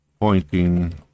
pointing